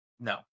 no